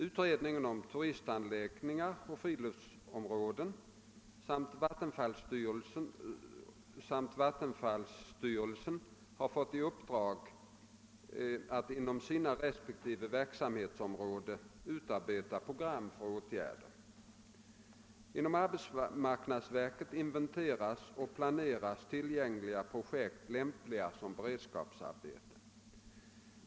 Utredningen om turistanläggningar och friluftsområden samt vattenfallsstyrelsen har fått i uppdrag att inom sina respektive verksamhetsområden utarbeta program för åtgärder. Inom arbetsmarknadsverket inventeras och planeras tillgängliga projekt lämpliga som beredskapsarbeten.